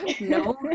No